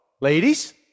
Ladies